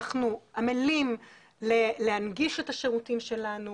אנחנו עמלים להנגיש את השירותים שלנו